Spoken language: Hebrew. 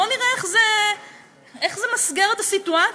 בואו נראה איך זה ממסגר את הסיטואציה.